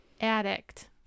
addict